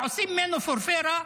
עושים ממנו פורפרה,